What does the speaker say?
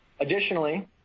Additionally